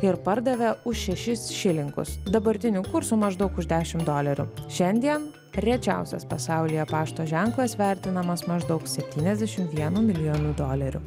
ir pardavė už šešis šilingus dabartiniu kursu maždaug už dešim dolerių šiandien rečiausias pasaulyje pašto ženklas vertinamas maždaug septyniasdešim vienu milijonu dolerių